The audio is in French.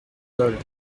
dole